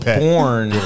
born